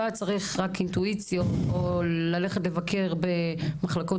לא היה צריך רק אינטואיציות או ללכת לבקר במחלקות